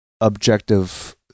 objective